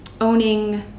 owning